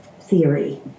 Theory